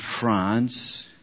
France